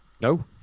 No